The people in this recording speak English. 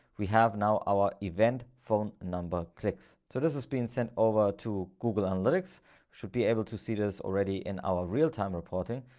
we have now our event phone number clicks, to this has been sent over to google analytics should be able to see this already in our real time reporting.